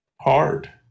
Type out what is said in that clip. hard